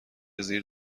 زیر